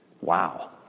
Wow